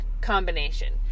combination